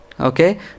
okay